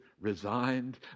resigned